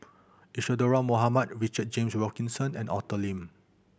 Isadhora Mohamed Richard James Wilkinson and Arthur Lim